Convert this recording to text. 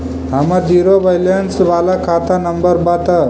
हमर zero balance बाला खाता नम्बर बत?